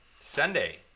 sunday